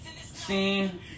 Seen